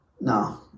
No